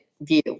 view